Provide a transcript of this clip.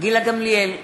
גילה גמליאל,